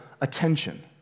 attention